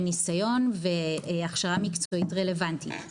ניסיון והכשרה מקצועית רלוונטית.